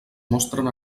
mostren